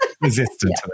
resistant